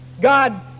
God